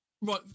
Right